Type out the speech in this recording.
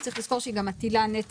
הרי בסופו של דבר מענק העבודה נועד להיות